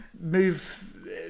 Move